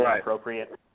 appropriate